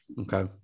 Okay